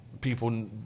people